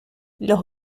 los